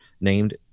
named